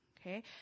Okay